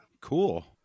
Cool